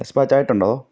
dispatch ആയിട്ടുണ്ടോ